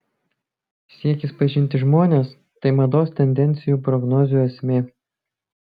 siekis pažinti žmones tai mados tendencijų prognozių esmė